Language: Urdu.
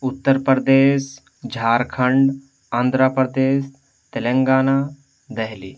اتّر پردیس جھارکھنڈ آندھرا پردیس تلنگانہ دہلی